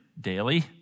daily